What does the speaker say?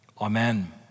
Amen